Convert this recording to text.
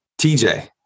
TJ